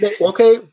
Okay